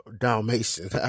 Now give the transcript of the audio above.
Dalmatian